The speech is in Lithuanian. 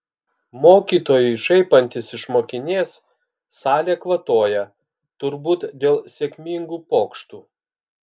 mokytojui šaipantis iš mokinės salė kvatoja turbūt dėl sėkmingų pokštų